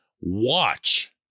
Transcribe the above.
watch